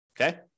Okay